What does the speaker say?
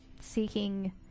seeking